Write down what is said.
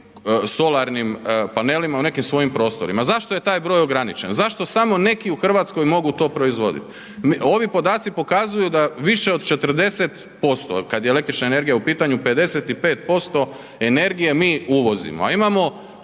solarnim panelima, u nekim svojim prostorima. Zašto je taj broj ograničen? Zašto samo neki u Hrvatskoj mogu to proizvoditi? Ovi podaci pokazuju da više od 40% kad je električna energija u pitanju, 55% energije mi uvozimo